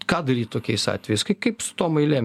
ką daryt tokiais atvejais kai kaip su tom eilėm